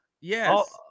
Yes